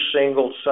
single